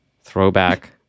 throwback